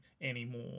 anymore